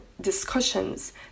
discussions